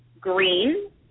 green